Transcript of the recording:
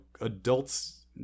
adults